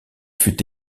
fut